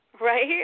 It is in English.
Right